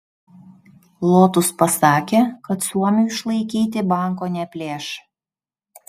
lotus pasakė kad suomiui išlaikyti banko neplėš